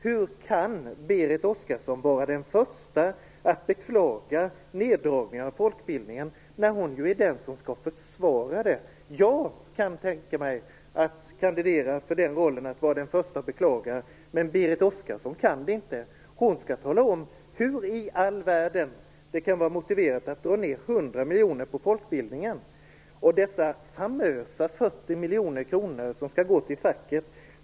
Hur kan Berit Oscarsson vara den första att beklaga neddragningarna på folkbildningen när hon ju är den som skall försvara dem? Jag kan tänka mig att kandidera till rollen som den förste att beklaga, men Berit Oscarsson kan inte det. Hon skall tala om hur i all världen det kan vara motiverat att dra ned 100 Sedan har vi dessa famösa 40 miljoner kronor som skall gå till facket.